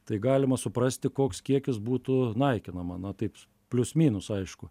tai galima suprasti koks kiekis būtų naikinama na taip plius minus aišku